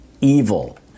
evil